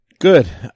Good